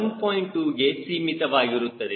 2 ಗೆ ಸೀಮಿತವಾಗಿರುತ್ತದೆ